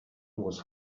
was